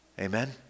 Amen